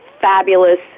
fabulous